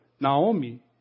Naomi